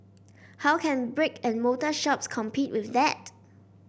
how can brick and mortar shops compete with that